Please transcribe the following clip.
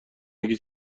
اگه